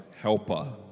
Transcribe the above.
helper